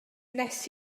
nes